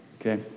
okay